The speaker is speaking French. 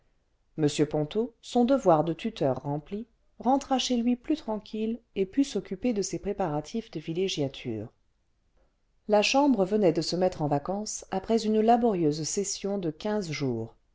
m ponto son devoir de tuteur rempli rentra chez lui plus tranquille et put s'occuper de ses préparatifs de villégiature la chambre venait de se mettre en vacances après une laborieuse session de quinze jours